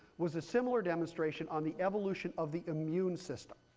was a similar demonstration on the evolution of the immune system.